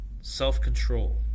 self-control